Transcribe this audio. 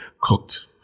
cooked